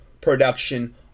production